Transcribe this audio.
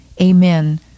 Amen